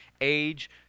age